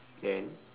then